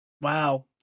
Wow